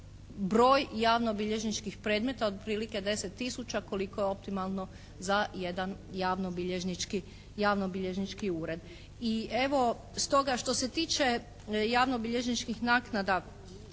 broj javnobilježničkih predmeta, otprilike 10 tisuća koliko je optimalno za jedan javnobilježnički ured. I evo, stoga što se tiče javnobilježničkih naknada